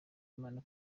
imana